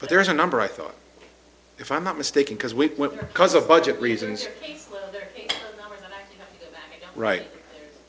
but there is a number i thought if i'm not mistaken because we will cause a budget reasons right